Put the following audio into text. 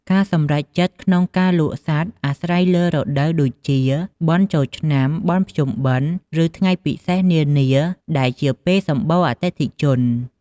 ការសម្រេចចិត្តក្នុងការលក់សត្វអាស្រ័យលើរដូវ ដូចជា បុណ្យចូលឆ្នាំ បុណ្យភ្ជុំបិណ្ឌ ឬថ្ងៃពិសេសនានាដែលជាពេលសម្បូរអតិថិជន។